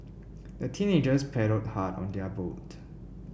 the teenagers paddled hard on their boat